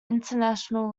international